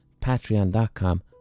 patreon.com